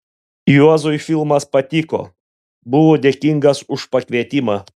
juozui filmas patiko buvo dėkingas už pakvietimą